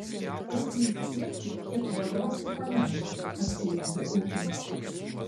pasiimk tiek kiek valiosi panešti atsiliepė ūkininkas